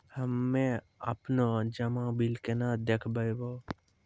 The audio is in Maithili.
हम्मे आपनौ जमा बिल केना देखबैओ?